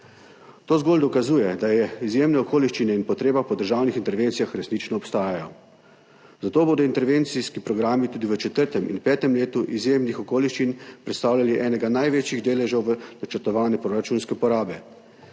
To zgolj dokazuje, da izjemne okoliščine in potreba po državnih intervencijah resnično obstajajo, zato bodo intervencijski programi tudi v četrtem in petem letu izjemnih okoliščin predstavljali enega največjih deležev v načrtovanju proračunske uporabe.